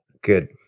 good